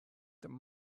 there